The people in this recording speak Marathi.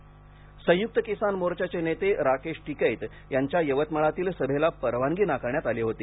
किसान मोर्चा यवतमाळ संयुक्त किसान मोर्चाचे नेते राकेश टिकैत यांच्या यवतमाळातील सभेला परवानगी नाकारण्यात आली होती